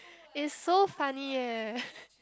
it's so funny eh